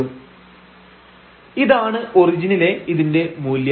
fyxy3y2 cos⁡1x2 x≠00 x0┤ lim┬├ xy→0 0 ⁡fy x y0 ഇതാണ് ഒറിജിനിലെ ഇതിന്റെ മൂല്യം